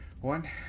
one